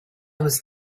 was